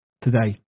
today